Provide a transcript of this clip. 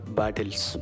battles